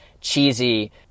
cheesy